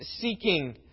seeking